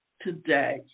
today